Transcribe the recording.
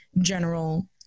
general